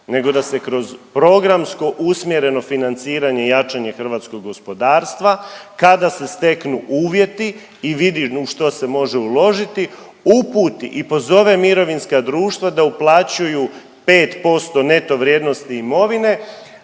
nego da se kroz programsko usmjereno financiranje i jačanje hrvatskog gospodarstva kada se steknu uvjeti i vidi u što se može uložiti uputi i pozove mirovinska društva da uplaćuju 5% neto vrijednosti imovine,